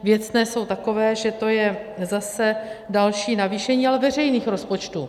Věcné jsou takové, že to je zase další navýšení, ale veřejných rozpočtů.